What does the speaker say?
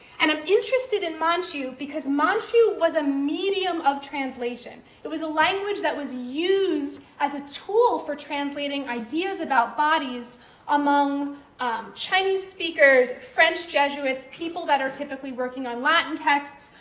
and i'm interested in manchu because manchu was a medium of translation. it was a language that was used as a tool for translating ideas about bodies among chinese speakers, french jesuits, people that are typically working on latin texts,